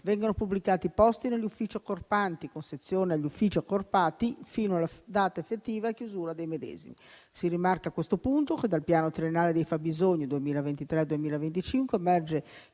vengono pubblicati posti negli Uffici accorpanti con assegnazione agli Uffici accorpati fino alla data di effettiva chiusura dei medesimi (...)». Si rimarca a questo punto che dal Piano triennale dei fabbisogni 2023-2025 emerge